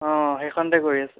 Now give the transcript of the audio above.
অঁ সেইখনতে কৰি আছোঁ